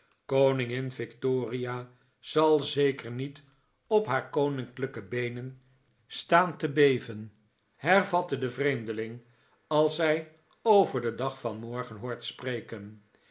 koningin victoria zal zeker niet op haar koninklijke beenen staan te beven hervatte de vreemdeling als zij over den dag van morgen hoort spreken